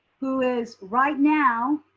who is right now,